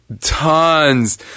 tons